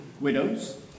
widows